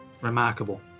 remarkable